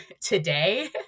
today